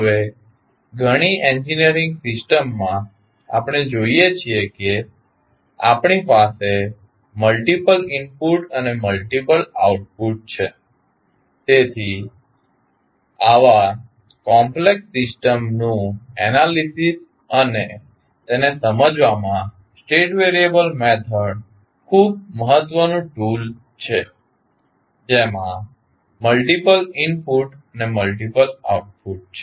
હવે ઘણી ઇજનેરી સિસ્ટમ માં આપણે જોઈએ છીએ કે આપણી પાસે મલ્ટીપલ ઇનપુટ અને મલ્ટીપલ આઉટપુટ છે તેથી જ આવા કોમ્પ્લેક્ષ સિસ્ટમ નું એનાલીસીસ અને તેને સમજવામાં સ્ટેટ વેરિયેબલ મેથડ ખૂબ મહત્વનું ટુલ છે જેમાં મલ્ટીપલ ઇનપુટ અને મલ્ટીપલ આઉટપુટ છે